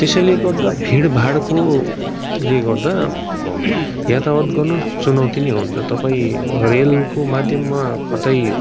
त्यसैले गर्दा भिडभाडकोले गर्दा यातायात गर्न चुनौती नै हुन्छ तपाईँ रेलको माध्यममा कतै